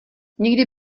někdy